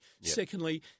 Secondly